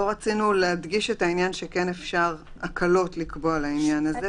פה רצינו להדגיש שכן אפשר לקבוע הקלות לעניין הזה,